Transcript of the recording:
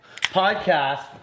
podcast